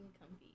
comfy